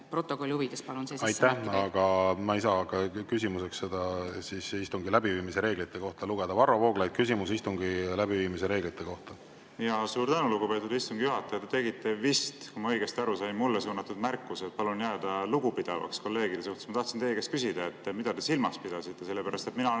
Aitäh! Aga ma ei saa seda lugeda küsimuseks istungi läbiviimise reeglite kohta. Varro Vooglaid, küsimus istungi läbiviimise reeglite kohta. Suur tänu, lugupeetud istungi juhataja! Te tegite, kui ma õigesti aru sain, vist mulle suunatud märkuse, et palun jääda lugupidavaks kolleegide suhtes. Ma tahtsin teie käest küsida, mida te silmas pidasite. Sellepärast et mina olen